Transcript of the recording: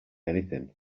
anything